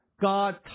God